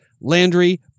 Landry